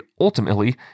ultimately